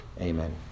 Amen